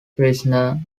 prisoner